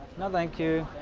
no, thank you.